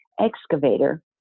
excavator